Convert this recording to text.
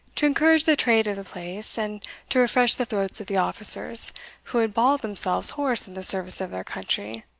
to encourage the trade of the place, and to refresh the throats of the officers who had bawled themselves hoarse in the service of their country.